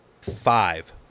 five